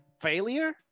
failure